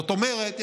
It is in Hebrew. זאת אומרת,